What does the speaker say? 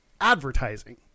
advertising